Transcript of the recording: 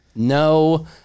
No